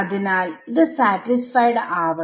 അതിനാൽ ഇത് സാറ്റിസ്ഫൈഡ് ആവണം